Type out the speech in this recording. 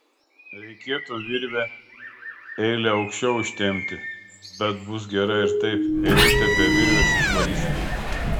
reikėtų virvę eile aukščiau ištempti bet bus gerai ir taip eilutę be virvės išvarysime